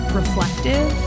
reflective